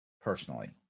personally